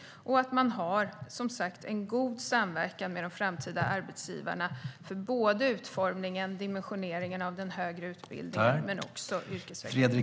Det handlar om att man har en god samverkan med de framtida arbetsgivarna för både utformningen och dimensioneringen av den högre utbildningen men också yrkesvägledning.